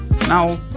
Now